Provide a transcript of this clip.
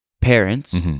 parents